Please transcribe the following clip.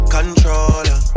Controller